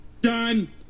Done